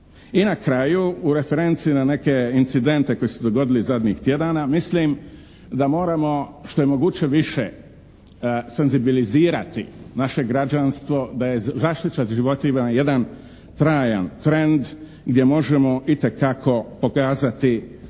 I na kraju, u referenci na neke incidente koji su se dogodili zadnjih tjedana mislim da moramo što je moguće više senzibilizirati naše građanstvo da je zaštita životinja jedan trajan trend gdje možemo itekako pokazati